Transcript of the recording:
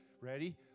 ready